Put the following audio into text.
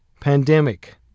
pandemic